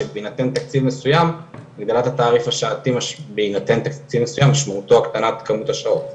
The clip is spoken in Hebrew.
שבהינתן תקציב מסויים הגדלת התעריף השעתי משמעותו הקטנת כמות השעות.